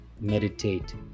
meditate